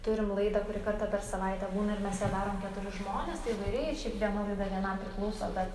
turim laidą kuri kartą per savaitę būna ir mes ją darom keturi žmonės tai įvairiai ir šiaip viena laida vienam priklauso bet